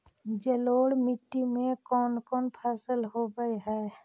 जलोढ़ मट्टी में कोन कोन फसल होब है?